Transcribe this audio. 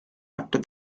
after